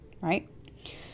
Right